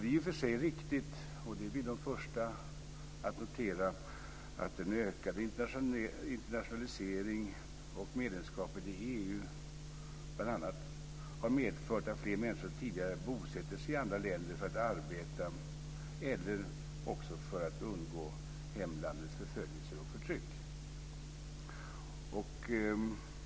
Det är i och för sig riktigt - det är vi de första att notera - att en ökad internationalisering och medlemskapet i EU bl.a. har medfört att fler människor än tidigare bosätter sig i andra länder för att arbeta eller för att undgå hemlandets förföljelser och förtryck.